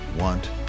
want